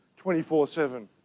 24-7